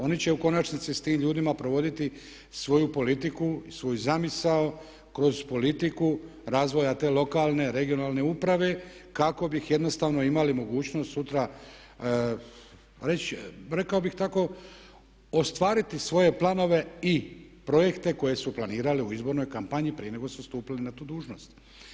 Oni će u konačnici s tim ljudima provoditi svoju politiku i svoju zamisao kroz politiku razvoja te lokalne, regionalne uprave kako bi jednostavno imali mogućnost sutra reći, rekao bih tako, ostvariti svoje planove i projekte koje su planirali u izbornoj kampanji prije nego su stupili na tu dužnost.